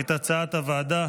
את הצעת הוועדה.